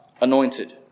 anointed